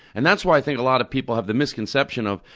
and that's why i think a lot of people have the misconception of,